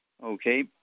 Okay